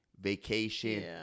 vacation